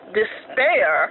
despair